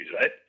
right